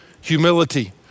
humility